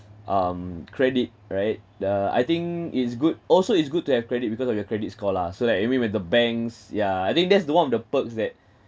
um credit right the I think it's good also it's good to have credit because of your credit score lah so like I mean with the banks yeah I think that's the one of the perks that